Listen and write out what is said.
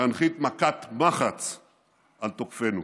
להנחית מכת מחץ על תוקפינו.